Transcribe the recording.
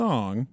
Song